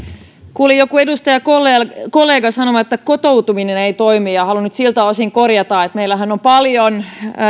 kuulin jonkun edustajakollegan sanovan että kotoutuminen ei toimi ja haluan nyt siltä osin korjata että meillähän on paljon